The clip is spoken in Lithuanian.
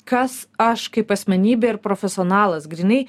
kas aš kaip asmenybė ir profesionalas grynai